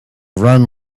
run